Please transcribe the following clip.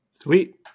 Sweet